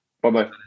Bye-bye